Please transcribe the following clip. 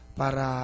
para